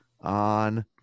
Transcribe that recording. on